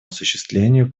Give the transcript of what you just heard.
осуществлению